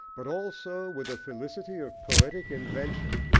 but also with a felicity of poetic invention,